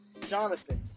Jonathan